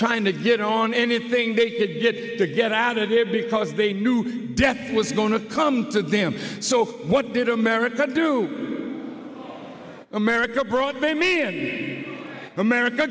trying to get on anything they could get to get out of here because they knew death was going to come to them so what did america do america brought me in america